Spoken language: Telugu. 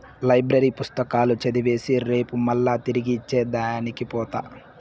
లైబ్రరీ పుస్తకాలు చదివేసి రేపు మల్లా తిరిగి ఇచ్చే దానికి పోత